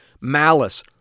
malice